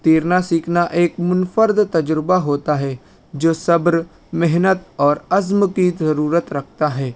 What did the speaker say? تیرنا سیکھنا ایک منفرد تجربہ ہوتا ہے جو صبر محنت اور عزم کی ضرورت رکھتا ہے